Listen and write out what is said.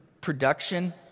production